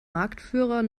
marktführer